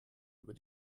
über